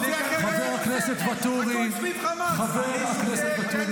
כמה אתם דומים לממשלה הנוכחית.